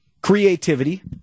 Creativity